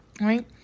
right